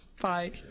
Bye